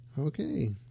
Okay